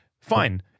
Fine